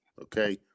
okay